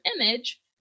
image